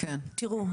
תראו,